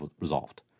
resolved